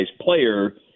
player